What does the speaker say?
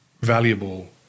valuable